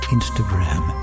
Instagram